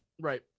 Right